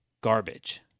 garbage